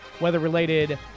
weather-related